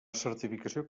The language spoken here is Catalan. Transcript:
certificació